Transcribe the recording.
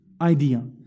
idea